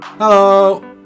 Hello